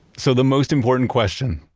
so the most important question,